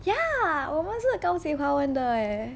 ya 我们是的高级华文的 eh